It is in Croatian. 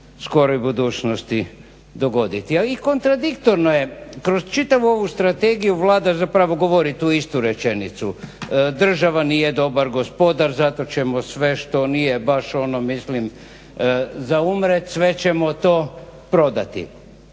skoroj budućnosti dogoditi. A i kontradiktorno je kroz čitavu ovu strategiju Vlada zapravo govori tu istu rečenicu. Država nije dobar gospodar zato ćemo sve što nije baš ono mislim za umret sve ćemo to prodati.